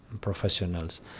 professionals